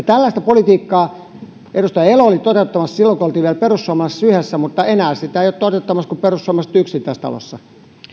tällaista politiikkaa edustaja elo oli toteuttamassa silloin kun oltiin vielä perussuomalaisissa yhdessä mutta enää sitä eivät ole toteuttamassa kuin perussuomalaiset yksin tässä talossa